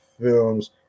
films